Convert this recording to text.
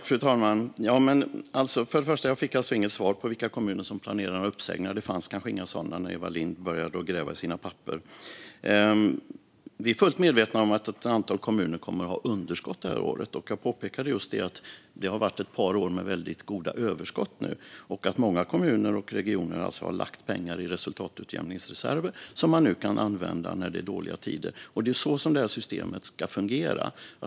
Fru talman! Jag fick alltså inget svar på vilka kommuner som planerar uppsägningar. Det fanns kanske inga sådana när Eva Lindh började gräva i sina papper. Vi är fullt medvetna om att ett antal kommuner kommer att ha underskott det här året, och jag påpekade just det att det har varit ett par år med väldigt goda överskott och att många kommuner och regioner alltså har lagt pengar i resultatutjämningsreserver som man nu kan använda när det är dåliga tider. Det är så det här systemet ska fungera.